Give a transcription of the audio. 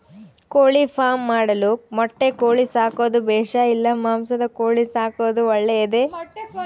ಕೋಳಿಫಾರ್ಮ್ ಮಾಡಲು ಮೊಟ್ಟೆ ಕೋಳಿ ಸಾಕೋದು ಬೇಷಾ ಇಲ್ಲ ಮಾಂಸದ ಕೋಳಿ ಸಾಕೋದು ಒಳ್ಳೆಯದೇ?